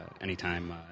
Anytime